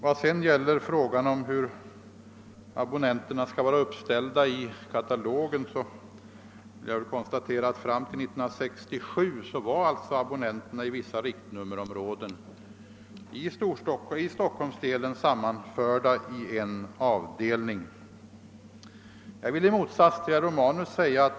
Vad sedan gäller frågan om hur abonnenterna skall vara uppställda i katalogen vill jag konstatera att fram till 1967 var de i vissa riktnummerområden i Stockholmsdelen sammanförda i en avdelning.